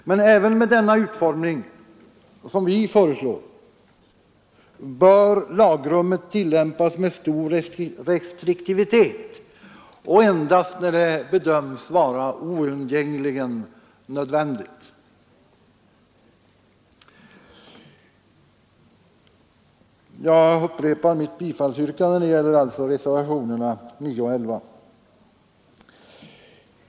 Men även med den utformning som vi föreslår bör lagrummet tillämpas med stor restriktivitet och endast när det bedöms vara oundgängligen nödvändigt. Jag upprepar mitt yrkande om bifall till reservationerna 9 och 11.